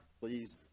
please